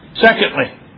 Secondly